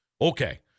Okay